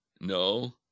no